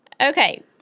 Okay